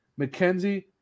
McKenzie